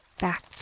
back